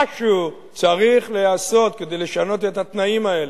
משהו צריך להיעשות כדי לשנות את התנאים האלה,